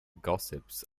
gossips